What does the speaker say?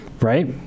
Right